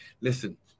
Listen